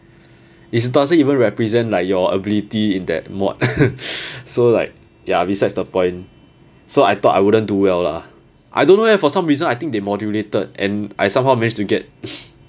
it doesn't even represent like your ability in that mod so like ya besides the point so I thought I wouldn't do well lah I don't know leh for some reason I think they modulated and I somehow managed to get